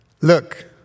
Look